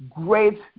great